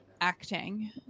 acting